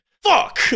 Fuck